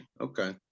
Okay